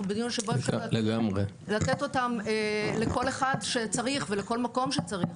אנחנו בדיון שבו אפשר לתת אותם לכל אחד שצריך ולכל מקום שצריך.